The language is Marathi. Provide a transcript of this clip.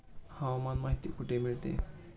हवामान माहिती कुठे मिळते?